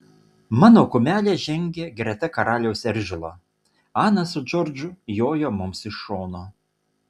mano kumelė žengė greta karaliaus eržilo ana su džordžu jojo mums iš šono